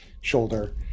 shoulder